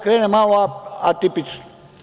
Krenuću malo atipično.